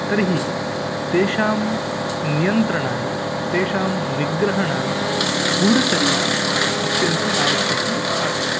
तर्हि तेषां नियन्त्रणाय तेषां निग्रहणाय गूढचर्या अत्यन्तम् आवश्यकी आसीत्